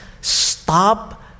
stop